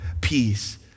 peace